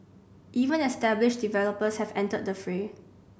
even established developers have entered the fray